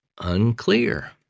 unclear